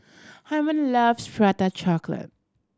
Hymen loves Prata Chocolate